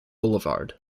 boulevard